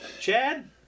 Chad